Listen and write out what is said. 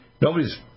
Nobody's